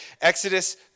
Exodus